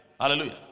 Hallelujah